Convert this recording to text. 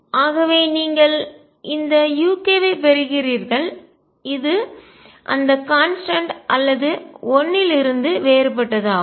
ஆகவே நீங்கள் இந்த uk வைப் பெறுகிறீர்கள் இது அந்த கான்ஸ்டன்ட் மாறிலி அல்லது 1 இல் இருந்து வேறுபட்டது ஆகும்